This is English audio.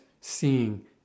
seeing